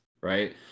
right